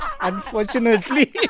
Unfortunately